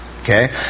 okay